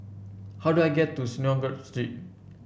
how do I get to Synagogue Street